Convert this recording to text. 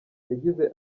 yagize